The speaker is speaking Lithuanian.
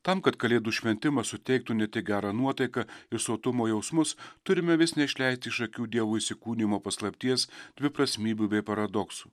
tam kad kalėdų šventimas suteiktų ne tik gerą nuotaiką ir sotumo jausmus turime vis neišleisti iš akių dievo įsikūnijimo paslapties dviprasmybių bei paradoksų